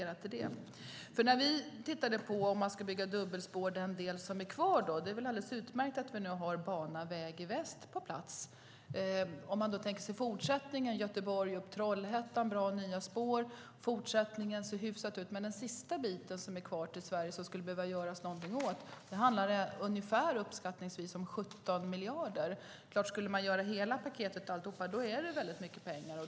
Vi har tittat på om man skulle bygga dubbelspår på den del som är kvar. Det är väl alldeles utmärkt att vi nu har Bana väg i Väst på plats. Mellan Göteborg och Trollhättan är det bra och nya spår, och det ser hyfsat ut med fortsättningen. Men för den sista biten som är kvar och som man skulle behöva göra någonting åt är kostnaden uppskattningsvis 17 miljarder. Genomför man hela paketet går det åt väldigt mycket pengar.